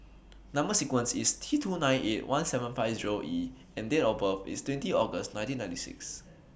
Number sequence IS T two nine eight one seven five Zero E and Date of birth IS twenty August nineteen ninety six